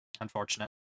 Unfortunate